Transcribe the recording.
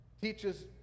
teaches